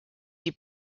die